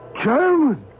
German